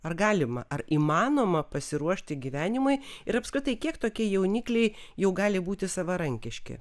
ar galima ar įmanoma pasiruošti gyvenimui ir apskritai kiek tokie jaunikliai jau gali būti savarankiški